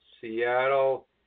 Seattle